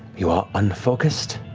you are unfocused,